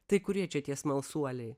tai kurie čia tie smalsuoliai